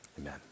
amen